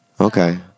Okay